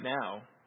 now